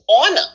honor